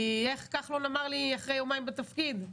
כי איך כחלון אמר לי אחרי יומיים בתפקיד?